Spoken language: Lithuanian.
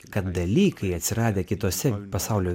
kad dalykai atsiradę kitose pasaulio